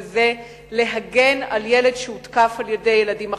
וזה להגן על ילד שהותקף בידי ילדים אחרים.